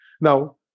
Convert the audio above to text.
Now